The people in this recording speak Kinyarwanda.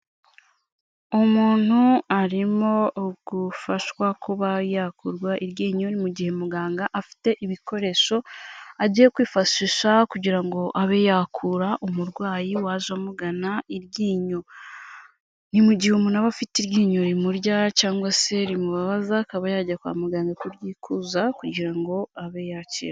Umuntu arimo gufashwa kuba yakurwa iryinyo, mu gihe muganga afite ibikoresho agiye kwifashisha kugira ngo abe yakura umurwayi waje amugana iryinyo. Ni mu gihe umuntu aba afite iryinyo rimurya cyangwa se rimubabaza akaba yajya kwa muganga kuryikuza kugira ngo abe yakire.